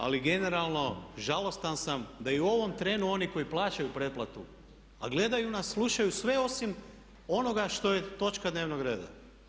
Ali generalno žalostan sam da i u ovom trenu oni koji plaćaju pretplatu a gledaju nas, slušaju sve osim onoga što je točka dnevnog reda.